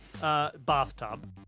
bathtub